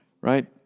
right